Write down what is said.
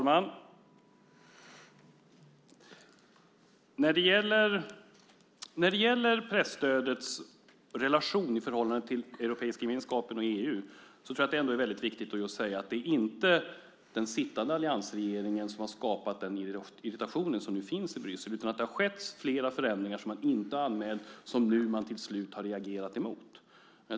Herr talman! När det gäller presstödet i förhållande till Europeiska gemenskapen och EU är det viktigt att säga att det inte är den sittande alliansregeringen som har skapat den irritation som nu finns i Bryssel. Men det har skett flera förändringar som inte var anmälda och som man till slut har reagerat mot.